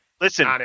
listen